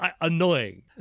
annoying